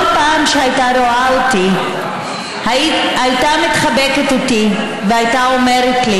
כל פעם שהייתה רואה אותי הייתה מתחבקת איתי והייתה אומרת לי: